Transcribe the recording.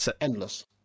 Endless